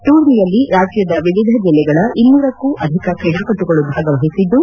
ಟೂರ್ನಿಯಲ್ಲಿ ರಾಜ್ಯದ ವಿವಿಧ ಜಿಲ್ಲೆಗಳ ಇನ್ನೂರಕ್ಕೂ ಅಧಿಕ ಕ್ರೀಡಾಪಟುಗಳು ಭಾಗವಹಿಸಿದ್ದು